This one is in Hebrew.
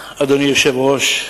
היושב-ראש.